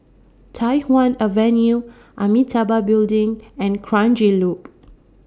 Tai Hwan Avenue Amitabha Building and Kranji Loop